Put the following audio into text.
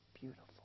Beautiful